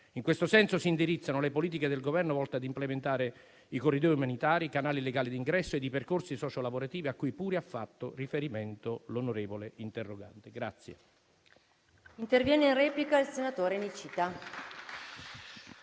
In questo senso si indirizzano le politiche del Governo volte ad implementare i corridoi umanitari, i canali legali di ingresso e i percorsi socio-lavorativi, a cui pure ha fatto riferimento l'onorevole interrogante.